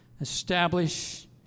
establish